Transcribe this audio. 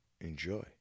enjoy